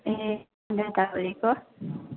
ए दादा बोलेको